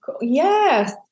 Yes